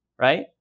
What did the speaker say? Right